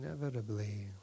Inevitably